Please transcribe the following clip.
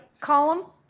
column